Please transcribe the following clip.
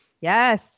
Yes